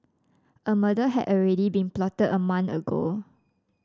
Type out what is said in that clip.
a murder had already been plotted a month ago